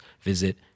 visit